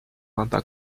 santa